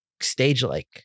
stage-like